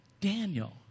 Daniel